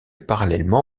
parallèlement